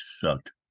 sucked